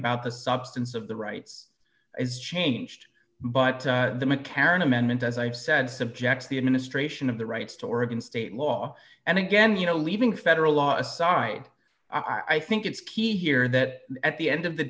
about the substance of the right is changed but the mccarran amendment as i said subject the administration of the rights to oregon state law and again you know leaving federal law aside i think it's key here that at the end of the